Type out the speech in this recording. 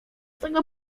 tego